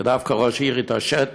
ודווקא ראש העיר התעשת